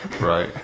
Right